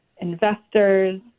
investors